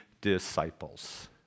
disciples